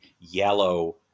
yellow